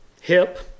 hip